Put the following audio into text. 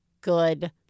good